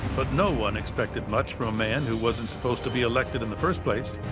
but no one expected much from a man who wasn't supposed to be elected in the first place.